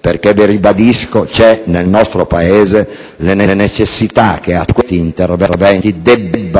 perché - lo ribadisco - c'è nel nostro Paese la necessità che a questi interventi